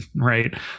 right